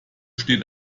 steht